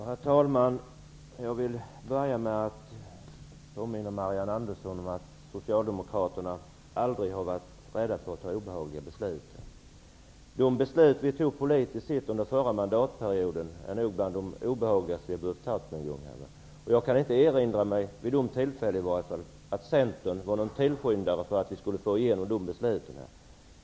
Herr talman! Jag vill börja med att påminna Marianne Andersson om att Socialdemokraterna aldrig har varit rädda för att fatta obehagliga beslut. De beslut som vi fattade i slutet av förra mandatperioden är nog bland de obehagligaste som vi någon gång har behövt fatta. Jag kan inte erinra mig att Centern vid något tillälle var tillskyndare till att vi skulle få igenom dessa beslut.